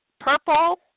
purple